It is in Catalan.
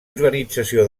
organització